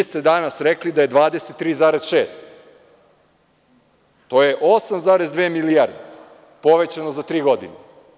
Vi ste danas reklida je23,6. To je 8,2 milijarde povećano za tri godine.